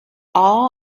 all